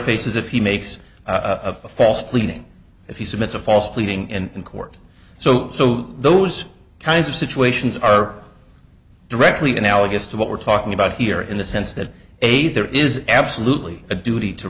faces if he makes a false cleaning if he sets a false pleading and in court so so those kinds of situations are directly analogous to what we're talking about here in the sense that a there is absolutely a duty to